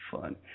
fun